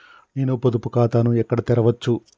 నేను పొదుపు ఖాతాను ఎక్కడ తెరవచ్చు?